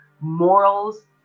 morals